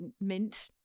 mint